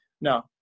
No